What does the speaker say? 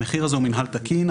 המחיר הזה הוא מינהל תקין,